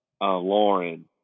Lauren